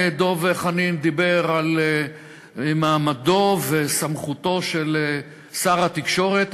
דב חנין דיבר על מעמדו וסמכותו של שר התקשורת.